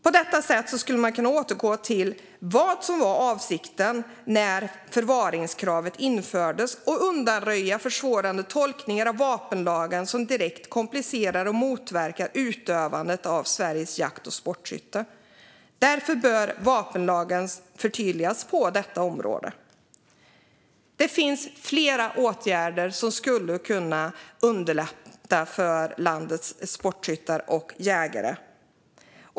På detta sätt skulle man kunna återgå till vad som var avsikten när förvaringskravet infördes och undanröja försvårande tolkningar av vapenlagen som direkt komplicerar och motverkar utövandet för Sveriges jakt och sportskyttar. Därför bör vapenlagen förtydligas på detta område. Det finns flera förslag på åtgärder som skulle kunna underlätta för landets sportskyttar och jägare.